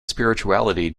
spirituality